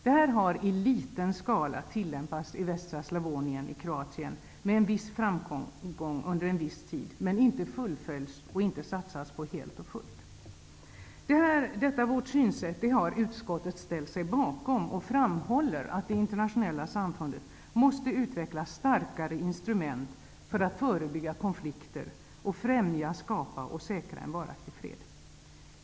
Detta har med viss framgång under en tid tillämpats i liten skala i västra Slavonien i Kroatien. Men det har inte fullföljts, och det har inte satsats helt och fullt. Detta vårt synsätt har utskottet ställt sig bakom. Utskottet framhåller att det internationella samfundet måste utveckla starkare instrument för att förebygga konflikter och främja, skapa och säkra en varaktig fred.